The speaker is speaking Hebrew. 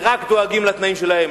אתם רק דואגים לתנאים שלהם.